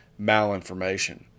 malinformation